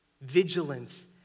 Vigilance